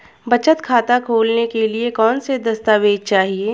बचत खाता खोलने के लिए कौनसे दस्तावेज़ चाहिए?